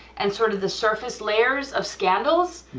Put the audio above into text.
and sort of the surface layers of scandals,